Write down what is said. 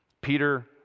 Peter